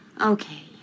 Okay